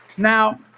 Now